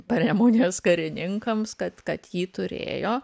paremonijos karininkams kad kad jį turėjo